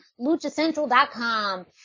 LuchaCentral.com